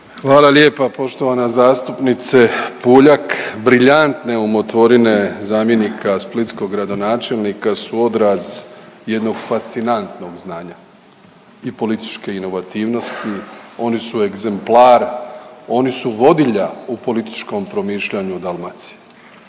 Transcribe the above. Hvala lijepa poštovana zastupnice Puljak. Briljantne umotvorine zamjenika splitskog gradonačelnika su odraz jednog fascinantnog znanja i političke inovativnosti. Oni su egzemplar, oni su vodilja u političkom promišljanju u Dalmaciji.